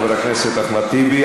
חבר הכנסת אחמד טיבי.